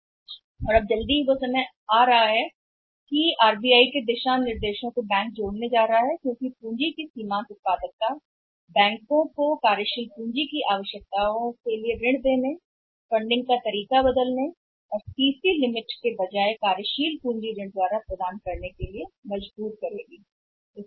और अब समय आ गया है या जल्द ही ऐसा होने वाला है कि RBI के दिशानिर्देशों को जोड़ा जा रहा है बैंकों क्योंकि पूंजी की सीमान्त उत्पादकता बैंकों को परिवर्तन को स्थानांतरित करने के लिए मजबूर करेगी कार्य को पूरा करने के लिए कार्यशील पूंजी की आवश्यकताओं को प्रदान करने के लिए वित्त पोषण की विधि सीसी सीमा या नकदी के बजाय कार्यशील पूंजी ऋण के माध्यम से पूंजी की आवश्यकताएं क्रेडिट सीमा